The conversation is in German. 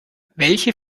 welche